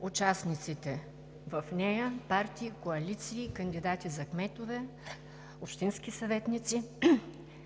участниците в нея, партии, коалиции, кандидати за кметове, общински съветници